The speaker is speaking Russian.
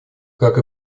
как